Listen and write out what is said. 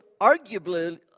arguably